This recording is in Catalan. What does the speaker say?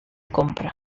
compra